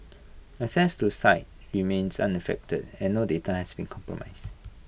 access to site remains unaffected and no data has been compromised